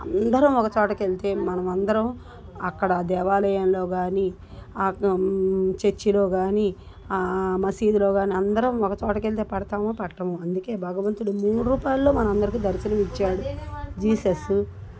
అందరం ఒక చోటకెళ్తే మనమందరం అక్కడ ఆ దేవాలయంలో కాని చర్చిలో కాని ఆ మసీదులో కాని అందరం ఒక చోటకెళ్తే పడతామో పట్టమో అందుకే భగవంతుడు మూడు రూపాల్లో మనందరికి దర్శనమిచ్చాడు జీసస్